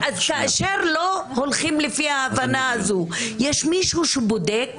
אז כאשר לא הולכים לפי ההבנה הזו, יש מישהו שבודק?